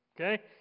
Okay